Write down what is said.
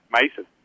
Mason